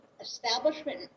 establishment